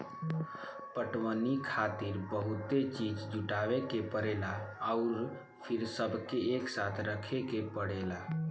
पटवनी खातिर बहुते चीज़ जुटावे के परेला अउर फिर सबके एकसाथे रखे के पड़ेला